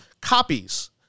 copies